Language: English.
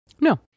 no